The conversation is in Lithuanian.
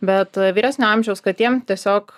bet vyresnio amžiaus katėm tiesiog